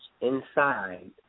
inside